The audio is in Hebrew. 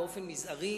או תיפגע באופן מזערי,